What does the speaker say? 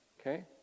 Okay